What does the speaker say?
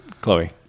Chloe